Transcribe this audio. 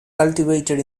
cultivated